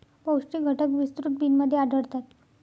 पौष्टिक घटक विस्तृत बिनमध्ये आढळतात